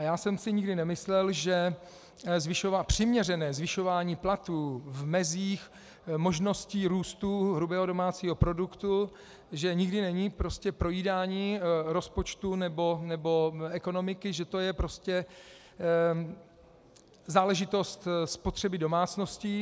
Já jsem si nikdy nemyslel, že přiměřené zvyšování platů v mezích možností růstu hrubého domácího produktu že nikdy není prostě projídání rozpočtu nebo ekonomiky, že to je záležitost spotřeby domácností.